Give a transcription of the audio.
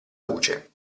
luce